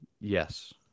Yes